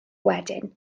wedyn